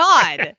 God